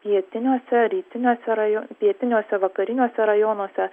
pietiniuose rytiniuose rajo pietiniuose vakariniuose rajonuose